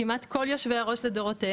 כמעט כל יושבי הראש לדורותיהם,